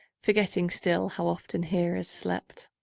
forgetting still how often hearers slept.